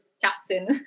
captain